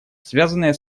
связанная